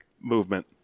movement